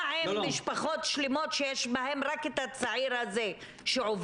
מה עם משפחות שלמות שיש בהם רק את הצעיר הזה שעובד?